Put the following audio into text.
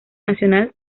nacional